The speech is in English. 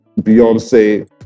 Beyonce